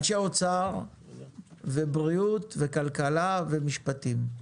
אנשי האוצר ובריאות וכלכלה ומשפטים,